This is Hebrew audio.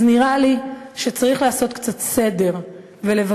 אז נראה לי שצריך לעשות קצת סדר ולבקש